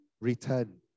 return